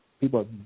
People